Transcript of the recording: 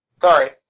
Sorry